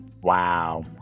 Wow